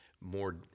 more